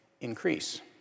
increase